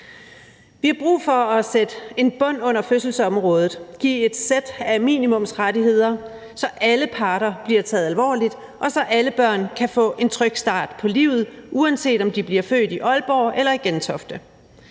Vi har brug for at sætte en bund under fødselsområdet og give et sæt af minimumsrettigheder, så alle parter bliver taget alvorligt, og så alle børn kan få en tryg start på livet, uanset om de bliver født i Aalborg eller i Gentofte.